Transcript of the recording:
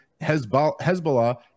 Hezbollah